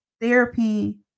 therapy